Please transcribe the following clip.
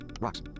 Rocks